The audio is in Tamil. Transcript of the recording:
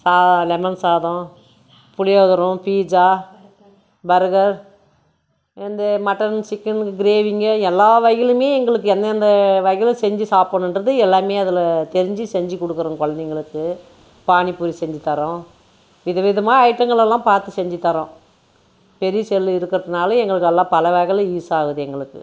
சா லெமன் சாதம் புளியோதரம் பீட்ஸா பருகர் இந்த மட்டன் சிக்கன் கிரேவிங்க எல்லா வகையிலேயுமே எங்களுக்கு எந்தெந்த வகையில் செஞ்சு சாப்பிடணுன்றது எல்லாமே அதில் தெரிஞ்சு செஞ்சுக் கொடுக்குறோம் கொழந்தைங்களுக்கு பானிபூரி செஞ்சுத் தர்றோம் விதவிதமாக ஐட்டங்கள் எல்லாம் பார்த்து செஞ்சுத் தர்றோம் பெரிய செல்லு இருக்கிறத்துனால எங்களுக்கு எல்லாம் பல வகையில் யூஸாகுது எங்களுக்கு